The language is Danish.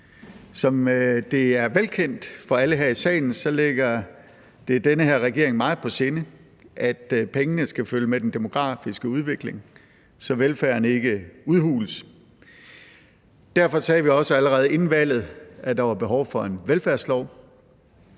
Som det er velkendt for alle her i salen, ligger det den her regering meget på sinde, at pengene skal følge med den demografiske udvikling, så velfærden ikke udhules. Derfor sagde vi også allerede inden valget, at der var behov for en velfærdslov,